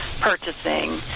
purchasing